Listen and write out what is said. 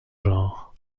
genres